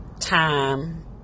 time